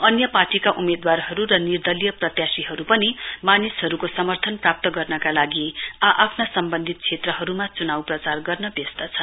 अन्य पार्टीका उम्मेदवारहरु र निर्दलीय प्रत्याशीहरु पनि मानिसहरुको समर्थन प्राप्त गर्नका लागि आ आफ्ना सम्वन्धित क्षेत्रहरुमा चुनाउ प्रचार गर्न व्यस्त छन्